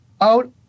out